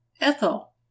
ethel